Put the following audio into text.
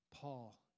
Paul